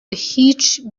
هیچ